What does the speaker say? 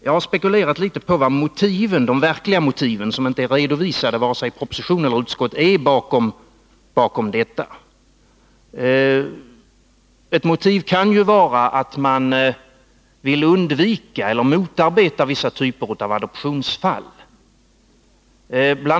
Jag har spekulerat litet över vilka de verkliga motiven — som inte är redovisade i vare sig proposition eller utskottsbetänkande — bakom detta är. Ett motiv kan ju vara att man vill undvika eller motarbeta vissa typer av adoptionsfall. Bl.